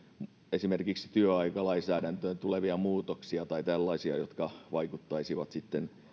esimerkiksi työaikalainsäädäntöön tulevia muutoksia tai tällaisia jotka vaikuttaisivat sitten